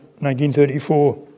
1934